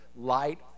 light